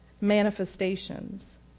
manifestations